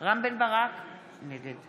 רם בן ברק, נגד